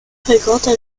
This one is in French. fréquentes